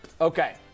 Okay